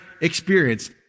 experience